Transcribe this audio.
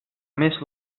més